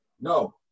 No